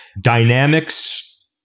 dynamics